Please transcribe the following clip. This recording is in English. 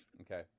okay